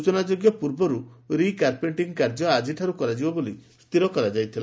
ସୂଚନାଯୋଗ୍ୟ ପୂର୍ବରୁ recarpeting କାର୍ଯ୍ୟ ଆଜିଠାରୁ କରାଯିବ ବୋଲି ସ୍କିର କରାଯାଇଥିଲା